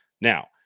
Now